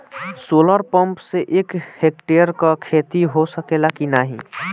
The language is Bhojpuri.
सोलर पंप से एक हेक्टेयर क खेती हो सकेला की नाहीं?